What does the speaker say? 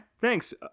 thanks